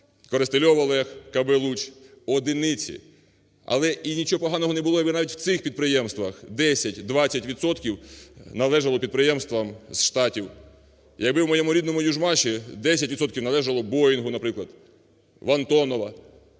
Користильов Олег, КБ "Луч" – одиниці. Але і нічого поганого не було, якби навіть в цих підприємствах 10-20 відсотків належало підприємствам з Штатів. Якби в моєму рідному "Южмаші" 10 відсотків належало б "Боїнгу", наприклад, в "Антонова",